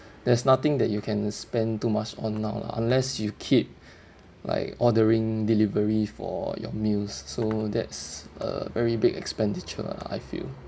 there's nothing that you can spend too much on now lah unless you keep like ordering delivery for your meals so that's a very big expenditure lah I feel